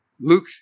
Luke